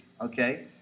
okay